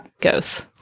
goes